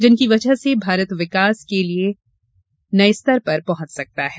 जिनकी वजह से भारत विकास के नये स्तर पर पहुंच सकता है